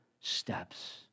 steps